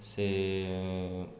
ସେ